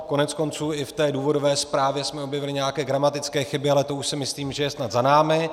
Koneckonců i v té důvodové zprávě jsme objevili nějaké gramatické chyby, ale to už si myslím, že je snad za námi.